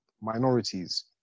minorities